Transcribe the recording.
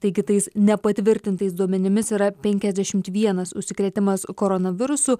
taigi tais nepatvirtintais duomenimis yra penkiasdešimt vienas užsikrėtimas koronavirusu